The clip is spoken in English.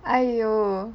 !aiyo!